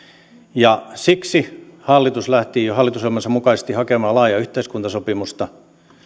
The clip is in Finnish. siksi hallitus lähti hallitusohjelmansa mukaisesti hakemaan laajaa yhteiskuntasopimusta